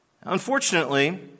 Unfortunately